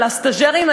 לסטאז'רים,